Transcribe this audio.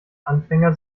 anfänger